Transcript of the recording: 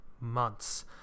months